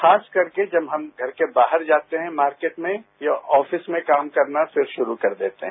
खास करके जब हम घर के बाहर जाते हैं मार्केट में या ऑफिस में काम करना फिर शुरू कर देते हैं